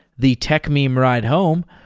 the techmem ride home,